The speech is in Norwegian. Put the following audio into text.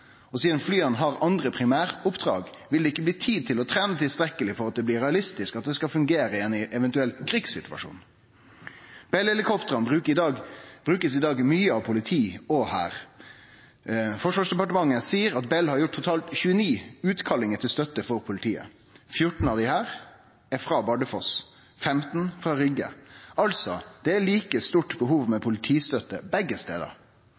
det. Sidan flya har andre primæroppdrag, vil det ikkje bli tid til å trene tilstekkeleg til at det blir realistisk at det skal fungere i ein eventuell krigssituasjon. Bell-helikoptera blir i dag mykje brukte av politi og hær. Forsvarsdepartementet seier at Bell har utført totalt 29 utkallingar til støtte for politiet, 14 av desse er frå Bardufoss, 15 er frå Rygge, altså er det like stort behov for politistøtte begge stader.